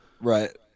Right